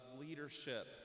leadership